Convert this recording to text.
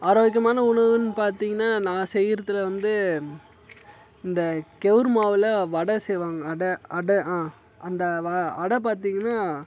ஆரோக்கியமான உணவுன்னு பார்த்தீங்கன்னா நான் செய்கிறத்தில் வந்து இந்த கெவுரு மாவில் வடை செய்வாங்க அடை அடை ஆ அந்த வா அடை பார்த்தீங்கன்னா